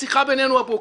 בשיחה בינינו הבוקר: